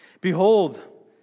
Behold